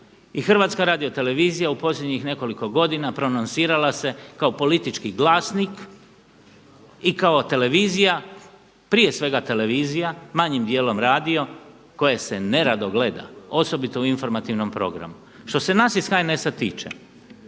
imali slučaj i HRT u posljednjih nekoliko godina prononsirala se kao politički glasnik i kao televizija, prije svega televizija, manjim djelom radio koje se nerado gleda osobito u informativnom programu. Što se nas iz HNS-a tiče